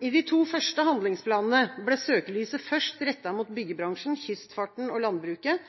I de to første handlingsplanene ble søkelyset først rettet mot byggebransjen, kystfarten og landbruket,